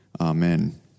Amen